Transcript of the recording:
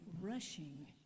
rushing